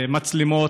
מצלמות,